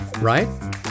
right